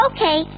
Okay